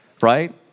right